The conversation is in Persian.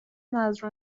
نذر